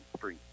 free